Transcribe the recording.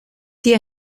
die